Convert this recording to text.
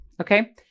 Okay